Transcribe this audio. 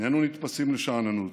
איננו נתפסים לשאננות.